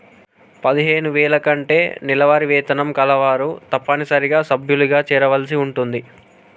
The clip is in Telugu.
పదిహేను వేల కంటే నెలవారీ వేతనం కలవారు తప్పనిసరిగా సభ్యులుగా చేరవలసి ఉంటుంది